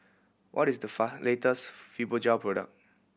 what is the latest Fibogel product